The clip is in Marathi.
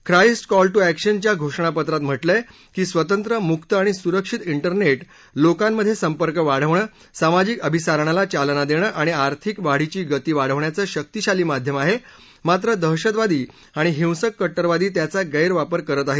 ख्राईस्ट कॉल टू अॅक्शन च्या घोषणापत्रात म्हटलय की स्वतंत्र मुक्त आणि सुरक्षित डेरनेट लोकांमधे संपर्क वाढवणं सामाजिक अभिसारणाला चालना देणं आणि आर्थिक वाढीची गती वाढवण्याच शक्तीशाली माध्यम आहे मात्र दहशतवादी आणि हिंसक कट्टरवादी त्याचा गैरवापर करत आहे